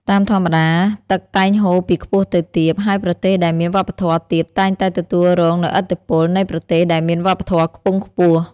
តាមធម្មតា ទឹកតែងហូរពីខ្ពស់ទៅទាប ហើយប្រទេសដែលមានវប្បធម៌ទាបតែងតែទទួលរងនូវឥទ្ធិពលនៃប្រទេសដែលមានវប្បធម៌ខ្ពង់ខ្ពស់។